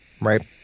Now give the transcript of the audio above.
right